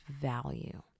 value